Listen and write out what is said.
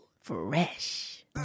Fresh